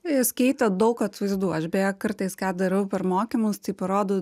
jis keitė daug atvaizdų aš beje kartais ką darau per mokymus tai parodau